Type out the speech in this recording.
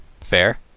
Fair